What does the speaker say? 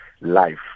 life